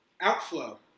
outflow